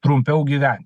trumpiau gyvent